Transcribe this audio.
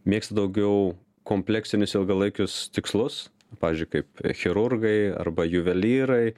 mėgsta daugiau kompleksinius ilgalaikius tikslus pavyzdžiui kaip chirurgai arba juvelyrai